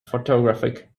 photographic